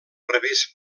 revés